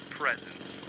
presence